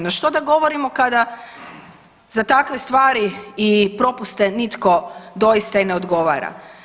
No što da govorimo kada za takve stvari i propuste nitko doista i ne odgovara.